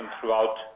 throughout